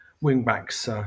wing-backs